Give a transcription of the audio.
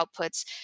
outputs